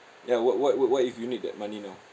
ya what what what what if you need that money now